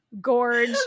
gorge